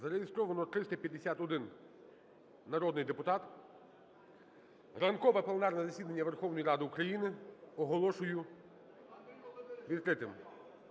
Зареєстровано 351 народний депутат. Ранкове пленарне засідання Верховної Ради України оголошую відкритим.